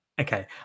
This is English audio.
Okay